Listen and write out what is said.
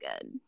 good